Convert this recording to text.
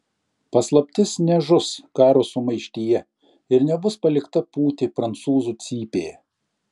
paslaptis nežus karo sumaištyje ir nebus palikta pūti prancūzų cypėje